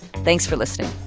thanks for listening